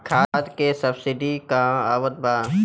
खाद के सबसिडी क हा आवत बा?